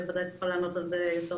היא תוכל לענות בנושא.